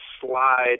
slide